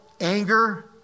anger